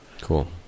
Cool